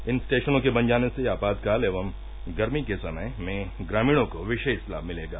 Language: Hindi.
इन स्टेशनों के बन जाने से आपातकाल एवं गर्मी के समय में ग्रामीणों को विशेष लाभ मिलेगा